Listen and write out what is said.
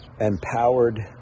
empowered